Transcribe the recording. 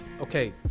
Okay